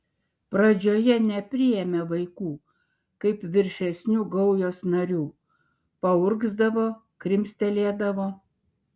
pradžioje nepriėmė vaikų kaip viršesnių gaujos narių paurgzdavo krimstelėdavo